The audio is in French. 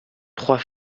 trois